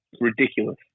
Ridiculous